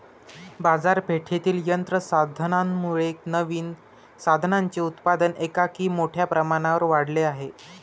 बाजारपेठेतील यंत्र साधनांमुळे नवीन साधनांचे उत्पादन एकाएकी मोठ्या प्रमाणावर वाढले आहे